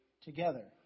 together